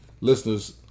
listeners